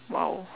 !wow!